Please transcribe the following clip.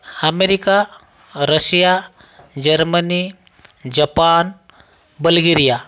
America Russia Germany Japan Bulgaria